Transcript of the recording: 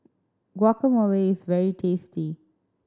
guacamole is very tasty